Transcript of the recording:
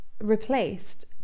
replaced